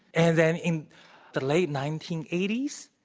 and then in the late nineteen eighty s,